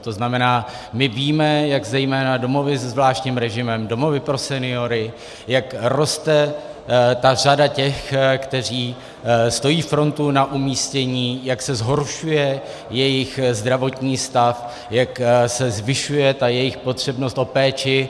To znamená, my víme, jak zejména domovy se zvláštním režimem, domovy pro seniory, jak roste ta řada těch, kteří stojí frontu na umístění, jak se zhoršuje jejich zdravotní stav, jak se zvyšuje jejich potřebnost o péči.